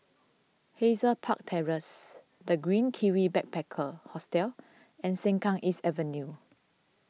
Hazel Park Terrace the Green Kiwi Backpacker Hostel and Sengkang East Avenue